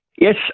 Yes